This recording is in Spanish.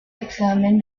examen